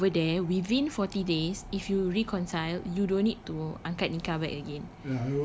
then over there within forty days if you reconcile you don't need to angkat nikah back again